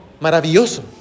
maravilloso